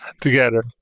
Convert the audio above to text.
together